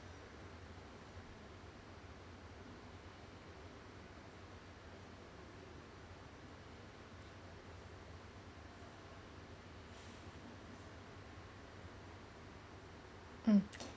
mm